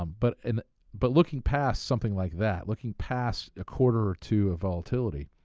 um but and but looking past something like that, looking past a quarter or two of volatility,